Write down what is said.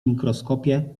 mikroskopie